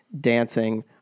dancing